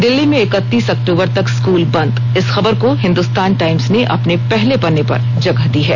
दिल्ली में इकतीस अक्टूबर तक स्कूल बंद इस खबर को हिन्दुस्तान टाईम्स ने अपने पहले पन्ने पर जगह दी है